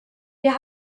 wir